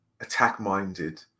attack-minded